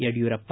Yediyurappa